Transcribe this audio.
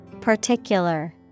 Particular